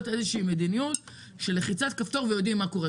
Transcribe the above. איזה שהיא מדיניות של לחיצת כפתור ויודעים מה קורה.